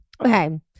Okay